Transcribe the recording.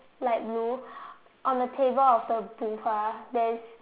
light blue on the table of the booth ah there is